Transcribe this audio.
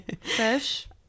fish